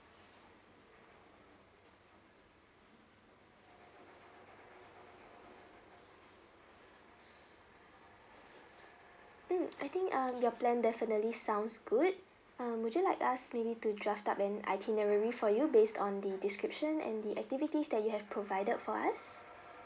mm I think um your plan definitely sounds good um would you like us maybe to draft up an itinerary for you based on the description and the activities that you have provided for us